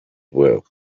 well